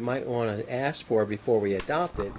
might want to ask for before we adopted